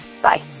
Bye